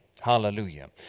Hallelujah